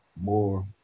more